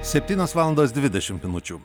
septynios valandas dvidešimt minučių